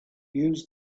use